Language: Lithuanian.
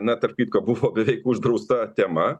na tarp kitko buvo beveik uždrausta tema